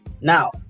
Now